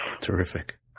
Terrific